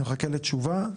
אני מחכה לתשובה,